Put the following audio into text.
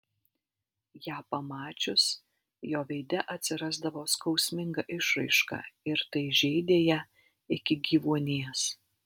ją pamačius jo veide atsirasdavo skausminga išraiška ir tai žeidė ją iki gyvuonies